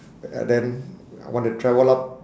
uh then I want to travel up